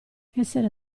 essere